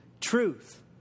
truth